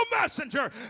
messenger